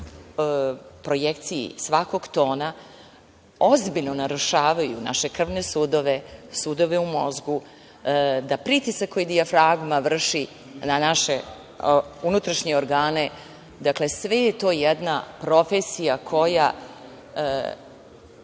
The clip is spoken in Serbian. projekciji svakog tona ozbiljno narušavaju naše krvne sudove, sudove u mozgu, da pritisak koji dijafragma vrši na naše unutrašnje organe, dakle, sve je to jedna profesija o